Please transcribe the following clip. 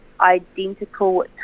identical